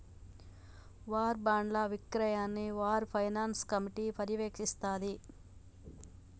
war బాండ్ల విక్రయాన్ని war finance committee పర్యవేక్షిస్తాంది